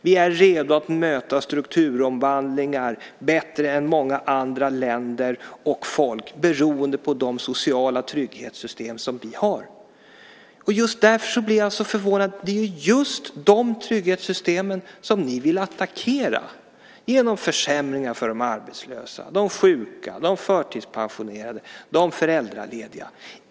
Vi är redo att bättre än många andra länder och folk möta strukturomvandlingar beroende på de sociala trygghetssystem som vi har. Just därför blir jag så förvånad. Det är ju just de trygghetssystemen som ni vill attackera genom försämringar för de arbetslösa, de sjuka, de förtidspensionerade och de föräldralediga.